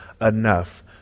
enough